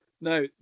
Now